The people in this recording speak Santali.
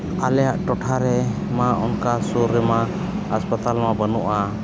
ᱟᱞᱮᱭᱟᱜ ᱴᱚᱴᱷᱟ ᱨᱮ ᱢᱟ ᱚᱱᱠᱟ ᱥᱩᱨ ᱨᱮᱢᱟ ᱦᱟᱥᱯᱟᱛᱟᱞ ᱢᱟ ᱵᱟᱹᱱᱩᱜᱼᱟ